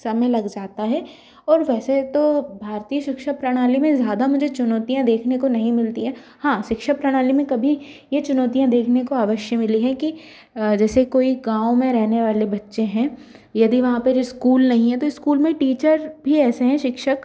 समय लग जाता है और वैसे तो भारतीय शिक्षा प्रणाली में ज़्यादा मुझे चुनौतियाँ देखने को नहीं मिलती हैं हाँ शिक्षा प्रणाली में कभी ये चुनौतियाँ देखने को अवश्य मिली हैं कि जैसे कोई गाँव में रहने वाले बच्चे हैं यदि वहाँ पर स्कूल नहीं है तो स्कूल में टीचर भी ऐसे हैं शिक्षक